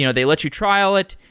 you know they let you trial it,